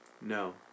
No